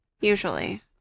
usually